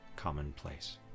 Commonplace